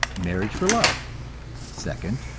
marriage for love second,